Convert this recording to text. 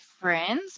friends